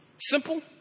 Simple